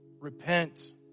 Repent